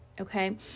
okay